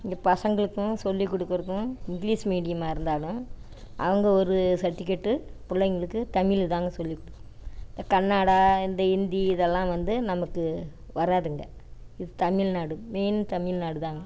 இங்கே பசங்களுக்கும் சொல்லிக் கொடுக்குறக்கும் இங்க்லீஷ் மீடியமாக இருந்தாலும் அவங்க ஒரு சர்டிஃப்கேட்டு பிள்ளைங்களுக்கு தமிழ் தாங்க சொல்லிக்கொடுக்கும் இப்போ கன்னடா இந்த இந்தி இதெல்லாம் வந்து நமக்கு வராதுங்க இது தமிழ்நாடு மெயின் தமிழ்நாடு தாங்க